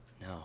No